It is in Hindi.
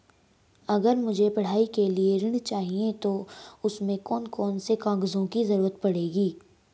अगर मुझे पढ़ाई के लिए ऋण चाहिए तो उसमें कौन कौन से कागजों की जरूरत पड़ेगी?